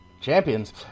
Champions